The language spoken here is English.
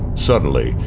suddenly,